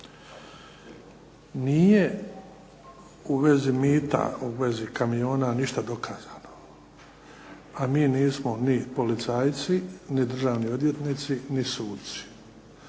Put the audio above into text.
Nije u vezi mita, u vezi kamiona ništa dokazano, a mi nismo ni policajci, ni državni odvjetnici ni suci.